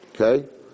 Okay